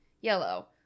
Yellow